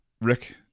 Rick